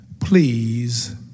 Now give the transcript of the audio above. please